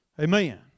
Amen